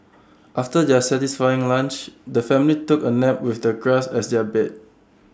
after their satisfying lunch the family took A nap with the grass as their bed